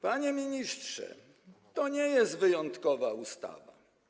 Panie ministrze, to nie jest wyjątkowa ustawa.